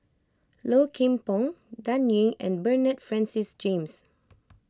Low Kim Pong Dan Ying and Bernard Francis James